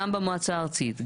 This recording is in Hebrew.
גם במועצה הארצית,